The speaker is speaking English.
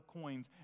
coins